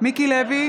מיקי לוי,